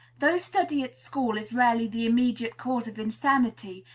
though study at school is rarely the immediate cause of insanity,